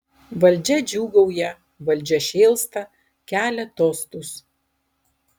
valdžia džiūgauja valdžia šėlsta kelia tostus